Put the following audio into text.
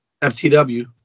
FTW